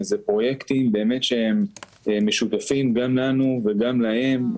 אלה פרויקטים שהם משותפים גם לנו וגם להם.